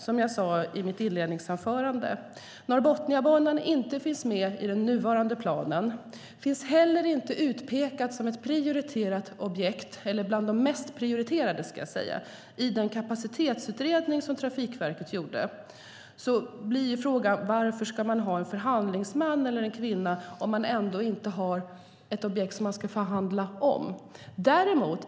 Som jag sade i mitt inledningsanförande finns Norrbotniabanan inte med i den nuvarande planen, och den är heller inte utpekad som ett av de mest prioriterade objekten i den kapacitetsutredning som Trafikverket har gjort. Varför ska man ha en förhandlingsman eller förhandlingskvinna om man inte har ett objekt att förhandla om?